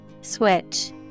Switch